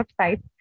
website